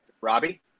Robbie